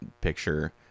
picture